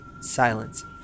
Silence